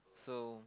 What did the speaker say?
so